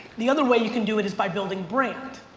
the other way you can do it is by building brand,